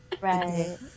Right